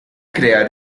crear